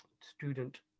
student